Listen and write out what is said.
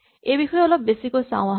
এই বিষয়ে অলপ বেছিকৈ চাওঁ আহাঁ